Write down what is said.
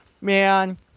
man